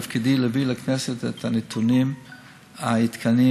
תפקידי להביא לכנסת את הנתונים העדכניים,